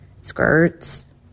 skirts